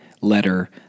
letter